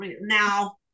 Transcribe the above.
now